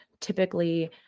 typically